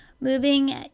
moving